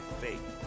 Faith